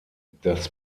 das